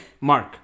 Mark